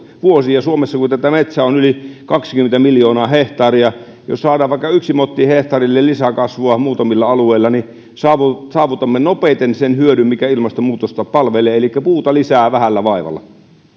kun suomessa metsää on yli kaksikymmentä miljoonaa hehtaaria niin jos saadaan vaikka yksi motti hehtaarille lisäkasvua muutamilla alueilla niin saavutamme saavutamme nopeiten sen hyödyn mikä ilmastonmuutosta palvelee elikkä puuta lisää vähällä vaivalla